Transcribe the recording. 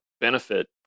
benefit